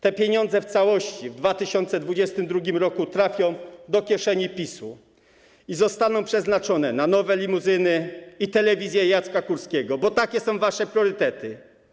Te pieniądze w całości w 2022 r. trafią do kieszeni PiS-u i zostaną przeznaczone na nowe limuzyny i telewizję Jacka Kurskiego, bo takie są wasze priorytety.